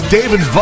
David